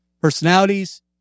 personalities